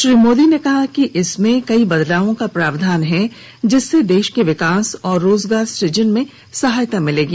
श्री मोदी ने कहा कि इसमें कई बदलावों का प्रावधान किया गया है जिससे देश के विकास और रोजगार सुजन में सहायता मिलेगी